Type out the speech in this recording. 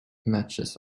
matches